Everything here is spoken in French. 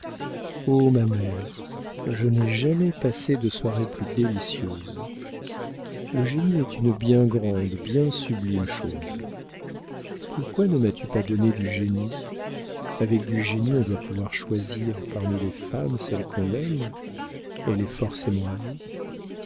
oh ma mère je n'ai jamais passé de soirée plus délicieuse le génie est une bien grande bien sublime chose pourquoi ne m'as-tu pas donné du génie avec du génie on doit pouvoir choisir parmi les femmes celle qu'on aime elle est forcément à vous